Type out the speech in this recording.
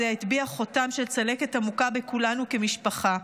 הטביע חותם של צלקת עמוקה בכולנו כמשפחה.